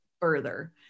further